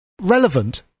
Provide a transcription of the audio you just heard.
relevant